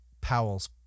Powell's